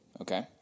Okay